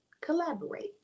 collaborate